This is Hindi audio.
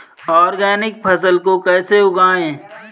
ऑर्गेनिक फसल को कैसे उगाएँ?